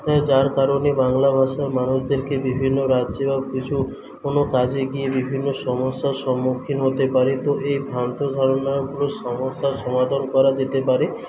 যার কারণে বাংলা ভাষার মানুষদেরকে বিভিন্ন রাজ্যে বা কিছু কোন কাজে গিয়ে বিভিন্ন সমস্যার সম্মুখীন হতে পারে তো এই ভ্রান্ত ধারণার পুরো সমস্যার সমাধান করা যেতে পারে